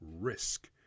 risk